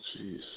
Jeez